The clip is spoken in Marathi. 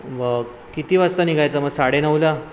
मग किती वाजता निघायचं मग साडे नऊला